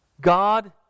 God